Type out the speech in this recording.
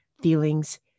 feelings